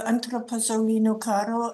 antro pasaulinio karo